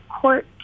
court